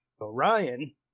Orion